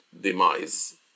demise